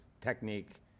technique